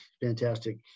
fantastic